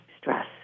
stress